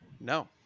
No